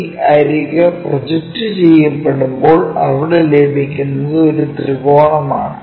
ഈ അരിക് പ്രൊജക്റ്റ് ചെയ്യപ്പെടുമ്പോൾ അവിടെ ലഭിക്കുന്നത് ഒരു ത്രികോണമാണ്